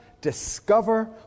discover